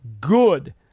good